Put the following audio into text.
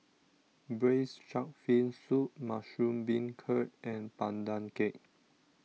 Braised Shark Fin Soup Mushroom Beancurd and Pandan Cake